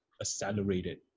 accelerated